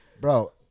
Bro